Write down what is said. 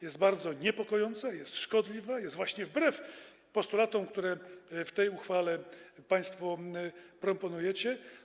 Jest ona bardzo niepokojąca, jest szkodliwa, jest wbrew postulatom, które w tej uchwale państwo proponujecie.